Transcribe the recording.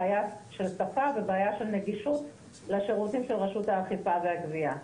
בעיית שפה ובעיית נגישות לשירותים של רשות האכיפה והגבייה.